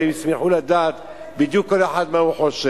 והם ישמחו לדעת בדיוק מה כל אחד חושב.